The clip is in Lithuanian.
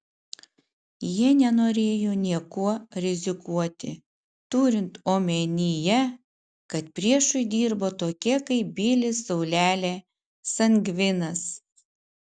jie nenorėjo niekuo rizikuoti turint omenyje kad priešui dirbo tokie kaip bilis saulelė sangvinas